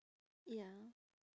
ya